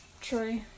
True